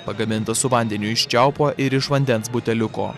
pagamintą su vandeniu iš čiaupo ir iš vandens buteliuko